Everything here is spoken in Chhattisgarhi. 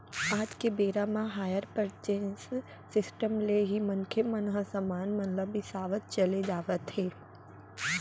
आज के बेरा म हायर परचेंस सिस्टम ले ही मनखे मन ह समान मन ल बिसावत चले जावत हे